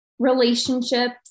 relationships